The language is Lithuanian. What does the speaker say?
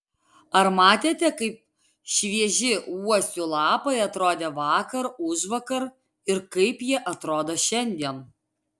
ar matėte kaip švieži uosių lapai atrodė vakar užvakar ir kaip jie atrodo šiandien